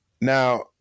now